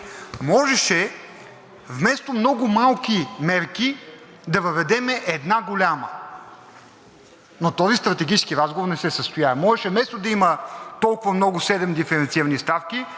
Можеше вместо много малки мерки да въведем една голяма. Но този стратегически разговор не се състоя. Можеше, вместо да има седем диференцирани ставки,